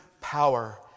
power